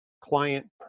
client